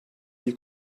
iyi